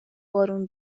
بارون